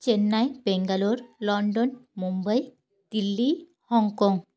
Chennai Bangalore London Mumbai Delhi Hong Kong